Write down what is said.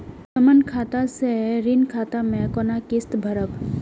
समान खाता से ऋण खाता मैं कोना किस्त भैर?